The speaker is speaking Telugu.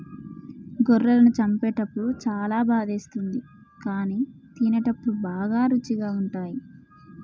గొర్రెలను చంపేటప్పుడు చాలా బాధేస్తుంది కానీ తినేటప్పుడు బాగా రుచిగా ఉంటాయి